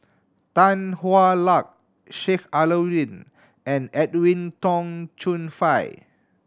Tan Hwa Luck Sheik Alau'ddin and Edwin Tong Chun Fai